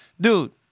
Dude